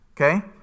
okay